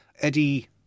Eddie